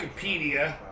Wikipedia